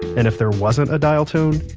and if there wasn't a dial tone,